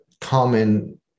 common